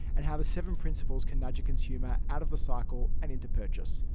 and how the seven principles can nudge a consumer out of the cycle and into purchase.